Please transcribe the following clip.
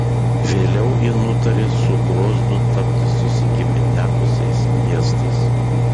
vėliau ji nutarė su groznu tapti susigiminiavusiais miestais